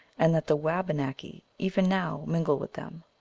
and that the wabanaki even now mingle with them,